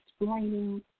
explaining